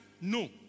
No